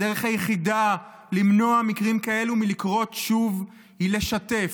הדרך היחידה למנוע ממקרים כאלה לקרות שוב היא לשתף,